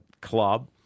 club